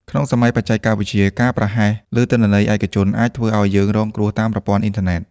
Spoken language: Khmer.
ក្នុងសម័យបច្ចេកវិទ្យា ការប្រហែសលើទិន្នន័យឯកជនអាចធ្វើឱ្យយើងរងគ្រោះតាមប្រព័ន្ធអ៊ីនធឺណិត។